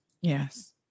Yes